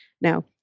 Now